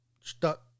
stuck